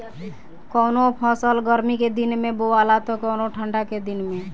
कवनो फसल गर्मी के दिन में बोआला त कवनो ठंडा के दिन में